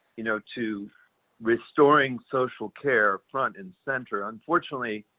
you know to restoring social care, front and center. unfortunately,